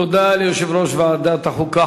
תודה ליושב-ראש ועדת החוקה,